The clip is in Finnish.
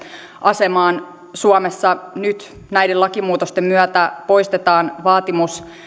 asemaan suomessa nyt näiden lakimuutosten myötä poistetaan vaatimus